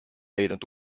leidnud